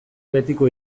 betiko